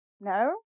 No